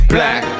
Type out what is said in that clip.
Black